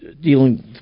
dealing